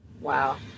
Wow